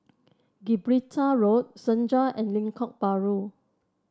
Gibraltar Road Senja and Lengkok Bahru